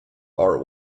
are